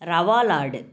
rava laddu